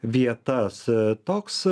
vietas toks